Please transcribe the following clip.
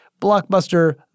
Blockbuster